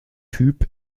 typ